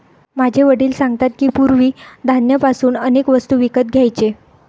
माझे वडील सांगतात की, पूर्वी धान्य पासून अनेक वस्तू विकत घ्यायचे